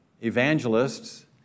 evangelists